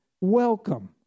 welcome